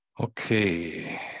Okay